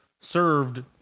served